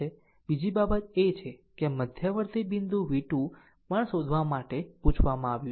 બીજી બાબત એ છે કે મધ્યવર્તી બિંદુ v2 પણ તે શોધવા માટે પૂછવામાં આવ્યું છે